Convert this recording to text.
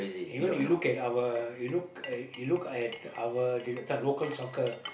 even if you look at our you look at you look at our this one local soccer